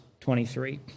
23